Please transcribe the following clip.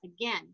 again